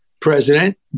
president